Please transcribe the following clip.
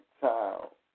child